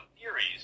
theories